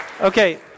Okay